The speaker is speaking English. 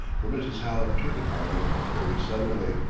for mrs. hallam turned upon him very suddenly.